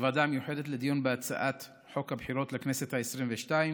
הוועדה המיוחדת לדיון בהצעת חוק הבחירות לכנסת העשרים-ושתיים